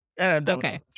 okay